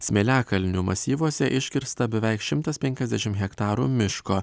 smėliakalnių masyvuose iškirsta beveik šimtas penkiasdešimt hektarų miško